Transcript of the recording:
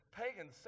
pagan